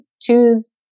choose